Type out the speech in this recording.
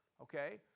okay